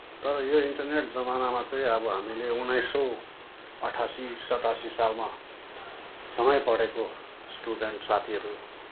तर यो इन्टरनेट जमानामा चाहिँ अब हामीले उन्नाइस सौ अठासी सतासी सालमा सँगै पढेको स्टुडेन्ट साथीहरू